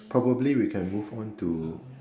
probably we can move on to